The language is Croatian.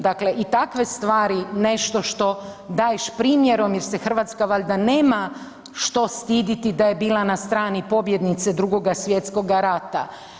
Dakle i takve stvari nešto što daješ primjerom jer se Hrvatska valjda nema što stiditi da je bila na strani pobjednice Drugoga svjetskoga rata.